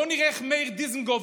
בואו נראה איך מאיר דיזנגוף,